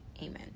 amen